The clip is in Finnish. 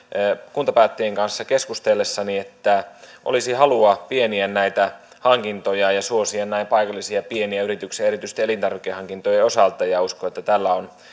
kuntapäättäjien kanssa keskustellessani että olisi halua pieniä näitä hankintoja ja suosia näin paikallisia pieniä yrityksiä erityisesti elintarvikehankintojen osalta uskon että